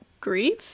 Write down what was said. grief